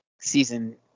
season